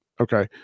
Okay